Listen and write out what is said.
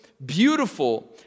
beautiful